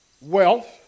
wealth